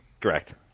Correct